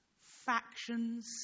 factions